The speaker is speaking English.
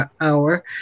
hour